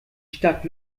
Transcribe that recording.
stadt